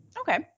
Okay